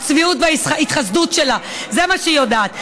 הצביעות וההתחסדות שלה, זה מה שהיא יודעת.